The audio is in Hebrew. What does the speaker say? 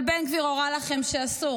אבל בן גביר הורה לכם שאסור.